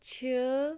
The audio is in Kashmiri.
چھِ